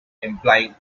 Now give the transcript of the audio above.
implying